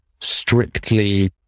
strictly